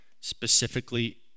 specifically